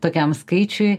tokiam skaičiui